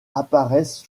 apparaissent